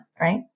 right